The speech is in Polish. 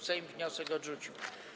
Sejm wniosek odrzucił.